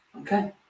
okay